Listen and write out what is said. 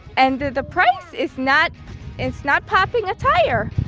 and the price? it's not it's not popping a tyre!